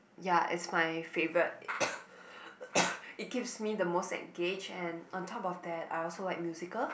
ya it's my favourite it keeps me the most engaged and on top of that I also like musical